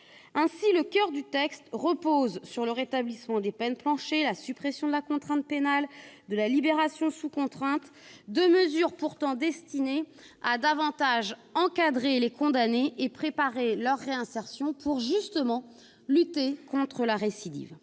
Ainsi, le coeur du texte repose sur le rétablissement des peines planchers et la suppression de la contrainte pénale et de la libération sous contrainte, deux mesures pourtant destinées à encadrer davantage les condamnés et préparer leur réinsertion pour lutter contre la récidive.